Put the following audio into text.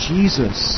Jesus